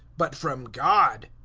but from god.